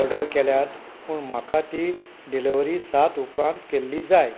order केल्यात पूण म्हाका ती डिलिव्हरी सात उपरांत केल्ली जाय